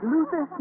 Luther